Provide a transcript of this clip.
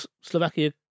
Slovakia